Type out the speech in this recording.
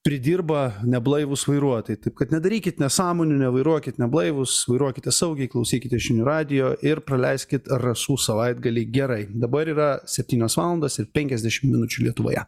pridirba neblaivūs vairuotojai taip kad nedarykit nesąmonių nevairuokit neblaivūs vairuokite saugiai klausykite žinių radijo ir praleiskit rasų savaitgalį gerai dabar yra septynios valandos ir penkiasdešim minučių lietuvoje